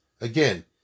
Again